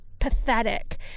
pathetic